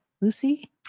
Lucy